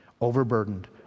Overburdened